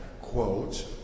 quote